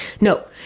no